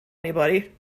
anybody